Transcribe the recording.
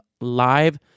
live